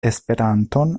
esperanton